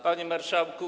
Panie Marszałku!